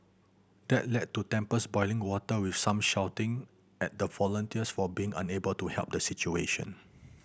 that led to tempers boiling water with some shouting at the volunteers for being unable to help the situation